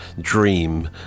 dream